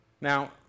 Now